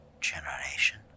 generation